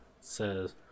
says